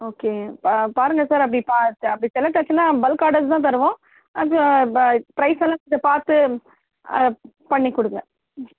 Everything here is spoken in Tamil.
ஓகே பா பாருங்கள் சார் அப்படி பார்த்து அப்படி செலக்ட் ஆச்சின்னால் பல்க் ஆர்டர்ஸ் தான் தருவோம் ப்ரைஸ் எல்லாம் இதை பார்த்து ஆ பண்ணி கொடுங்க